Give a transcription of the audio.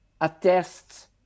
attests